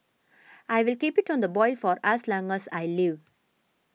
I'll keep it on the boil for as long as I live